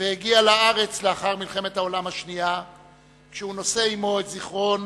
והגיע לארץ לאחר מלחמת העולם השנייה כשהוא נושא עמו את זיכרון